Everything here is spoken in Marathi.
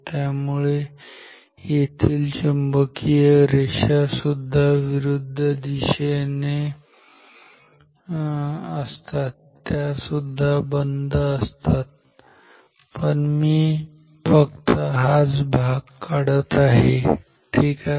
त्यामुळे येथील चुंबकीय रेषा सुद्धा विरुद्ध दिशेने असतात आणि त्या सुद्धा बंद असतात पण मी फक्त हाच भाग काढत आहे ठीक आहे